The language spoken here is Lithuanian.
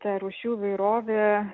ta rūšių įvairovė